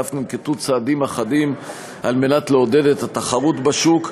ואף ננקטו צעדים אחדים לעודד את התחרות בשוק,